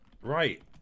Right